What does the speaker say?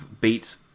beat